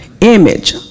image